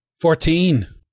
fourteen